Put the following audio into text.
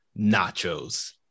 nachos